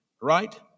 right